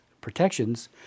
protections